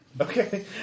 Okay